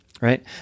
Right